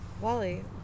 Wally